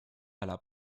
alla